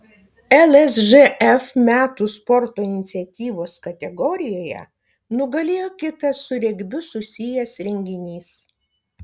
lsžf metų sporto iniciatyvos kategorijoje nugalėjo kitas su regbiu susijęs renginys